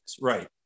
Right